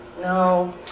no